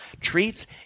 treats